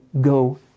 go